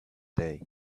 day